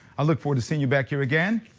a look for to see you back here again.